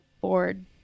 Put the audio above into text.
board